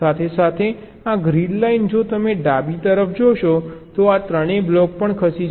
સાથે સાથે આ ગ્રીડ લાઇન જો તમે ડાબી તરફ જશો તો આ ત્રણેય બ્લોક પણ ખસી જશે